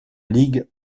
ligue